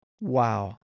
Wow